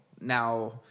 now